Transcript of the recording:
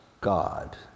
God